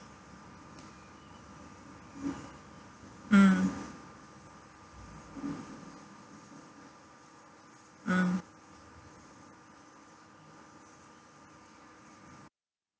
mm mm